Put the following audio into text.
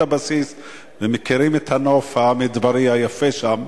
הבסיס ומכירים את הנוף המדברי היפה שם.